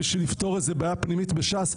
בשביל לפתור בעיה פנימית בש"ס.